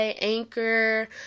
Anchor